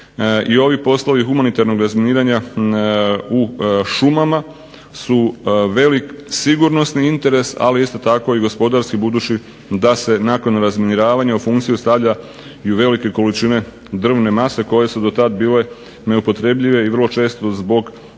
ovi poslovi humanitarnog razminiranja u šumama su velik sigurnosni interes, ali isto tako i gospodarski budući da se nakon razminiravanja u funkciju stavljaju velike količine drvne mase koje su dotad bile neupotrebljive i vrlo često zbog ne